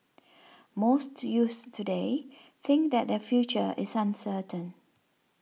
most youths today think that their future is uncertain